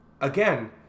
again